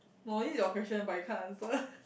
oh this is your question but you can't answer